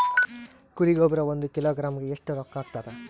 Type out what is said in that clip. ಕುರಿ ಗೊಬ್ಬರ ಒಂದು ಕಿಲೋಗ್ರಾಂ ಗ ಎಷ್ಟ ರೂಕ್ಕಾಗ್ತದ?